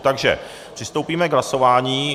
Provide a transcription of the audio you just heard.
Takže přistoupíme k hlasování.